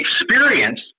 experience